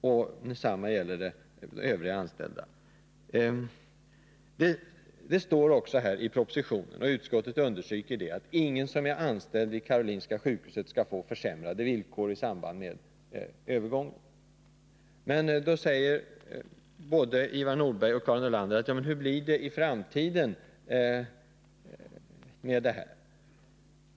Detsamma gäller övriga anställda. Det står också i propositionen — och utskottet understryker det — att ingen som är anställd vid Karolinska sjukhuset skall få försämrade villkor i samband med övergången. Då frågar både Ivar Nordberg och Karin Nordlander: Hur blir det i framtiden?